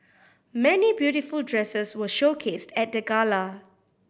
many beautiful dresses were showcased at the gala